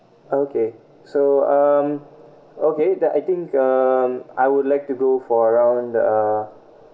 okay so um okay the I think um I would like to go for around uh